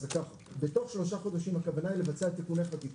בתוך שלושה חודשים הכוונה היא לבצע תיקוני חקיקה,